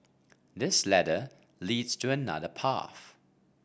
this ladder leads to another path